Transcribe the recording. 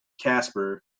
Casper